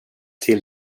till